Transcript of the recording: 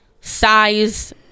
size